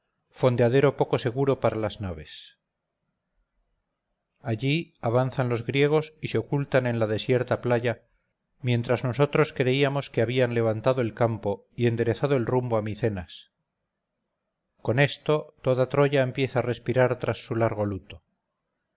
fondeadero poco seguro para las naves allí avanzan los griegos y se ocultan en la desierta playa mientras nosotros creíamos que habían levantado el campo y enderezado el rumbo a micenas con esto toda troya empieza a respirar tras su largo luto